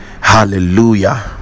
hallelujah